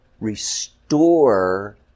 restore